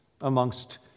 amongst